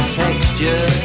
texture